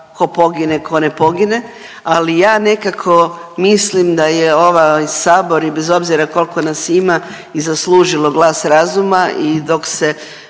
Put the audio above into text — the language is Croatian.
tko pogine, tko ne pogine, ali ja nekako mislim da je ovaj sabor i bez obzira koliko nas ima i zaslužilo glas razuma i dok se